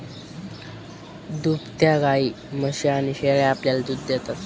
दुभत्या गायी, म्हशी आणि शेळ्या आपल्याला दूध देतात